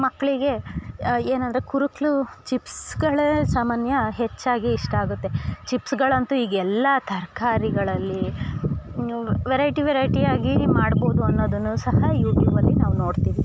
ಮಕ್ಕಳಿಗೆ ಏನಾದರು ಕುರುಕಲು ಚಿಪ್ಸ್ಗಳೇ ಸಾಮಾನ್ಯ ಹೆಚ್ಚಾಗಿ ಇಷ್ಟ ಆಗುತ್ತೆ ಚಿಪ್ಸ್ಗಳಂತು ಈಗ ಎಲ್ಲ ತರಕಾರಿಗಳಲ್ಲಿ ವೆರೈಟಿ ವೆರೈಟಿಯಾಗಿ ಮಾಡ್ಬೋದು ಅನ್ನೋದನ್ನು ಸಹ ಯೂಟ್ಯೂಬಲ್ಲಿ ನಾವು ನೋಡ್ತೀವಿ